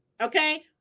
Okay